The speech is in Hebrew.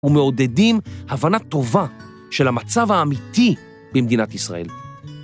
ומעודדים הבנה טובה של המצב האמיתי במדינת ישראל.